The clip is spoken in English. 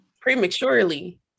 Prematurely